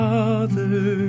Father